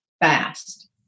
fast